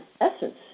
essence